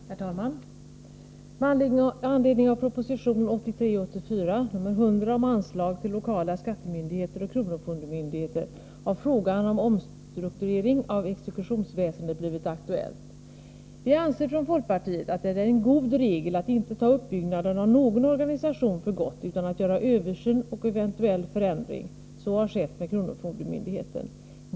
Herr talman! Med anledning av proposition 1983/84:100 om anslag till lokala skattemyndigheterna och kronofogdemyndigheterna har frågan om omstrukturering av exekutionsväsendet blivit aktuell. Vi anser från folkpartiet att det är en god regel att inte ta uppbyggnaden av någon organisation för gott utan att göra översyn och eventuell förändring. Så har skett med kronofogdemyndigheten.